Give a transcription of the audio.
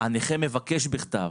הנכה מבקש בכתב,